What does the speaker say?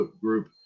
group